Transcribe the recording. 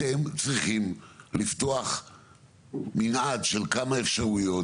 אתם צריכים לפתוח מנעד של כמה אפשרויות